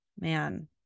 man